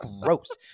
gross